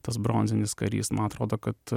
tas bronzinis karys man atrodo kad